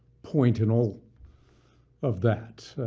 point in all of that.